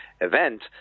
event